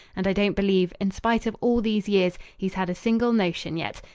and i don't believe, in spite of all these years, he's had a single notion yet.